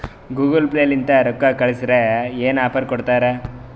Google Pay ಲಿಂತ ರೊಕ್ಕಾ ಕಳ್ಸುರ್ ಏನ್ರೆ ಆಫರ್ ಕೊಡ್ತಾರ್